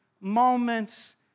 moments